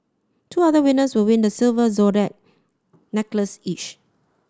two other winners will win the silver zodiac necklace each